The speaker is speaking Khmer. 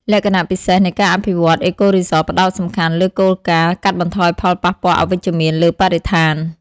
លក្ខណៈពិសេសនៃការអភិវឌ្ឍ អេកូរីសតផ្តោតសំខាន់លើគោលការណ៍កាត់បន្ថយផលប៉ះពាល់អវិជ្ជមានលើបរិស្ថាន។